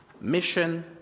Mission